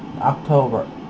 October